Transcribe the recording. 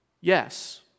yes